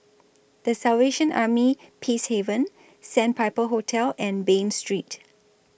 The Salvation Army Peacehaven Sandpiper Hotel and Bain Street